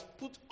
put